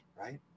right